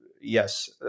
Yes